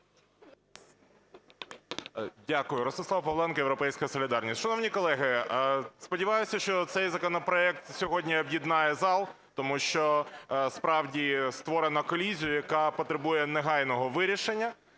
Дякую. Ростислав Павленко, "Європейська солідарність". Шановні колеги, сподіваюся, що цей законопроект сьогодні об'єднає зал, тому що, справді, створено колізію, яка потребує негайного вирішення.